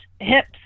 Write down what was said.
hips